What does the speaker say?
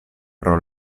pro